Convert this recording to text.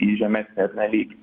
į žemesnį ar ne lygį